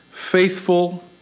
Faithful